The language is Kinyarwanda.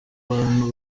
bantu